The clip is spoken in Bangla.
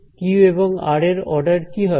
q এবং r এর অর্ডার কি হবে